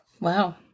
Wow